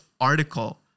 article